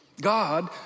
God